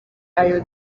ayo